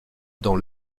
dans